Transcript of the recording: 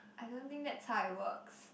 I don't think that's how it works